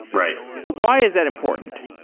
right why is that important?